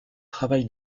travail